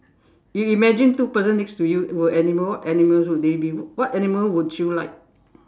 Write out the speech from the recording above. you imagine two person next to you were animals animals would they be what animals would you like